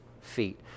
feet